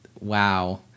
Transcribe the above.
Wow